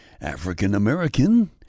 African-American